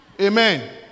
Amen